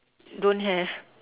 don't have